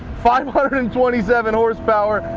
five hundred and twenty seven horsepower,